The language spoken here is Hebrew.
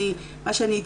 כשהם